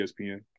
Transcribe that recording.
ESPN